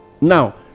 Now